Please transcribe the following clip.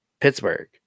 Pittsburgh